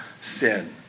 sin